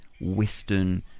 Western